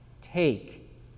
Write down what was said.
take